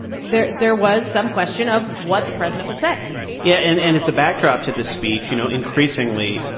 there there was some question of what the president would say yeah. and and as the backdrop to this speech, you know, increasingly,